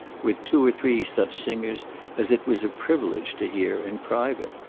with two or three such singers as it was a privilege to hear in private.